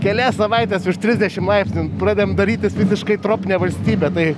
kelias savaites virš trisdešimt laipsnių pradedam darytis visiškai tropinė valstybė tai